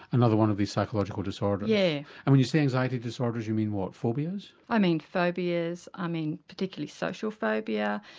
another one of these psychological disorders? yes. and when you say anxiety disorders you mean what phobias? i mean phobias, i mean particularly social phobia,